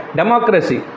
democracy